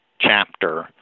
chapter